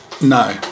No